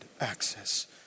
access